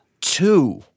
two